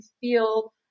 feel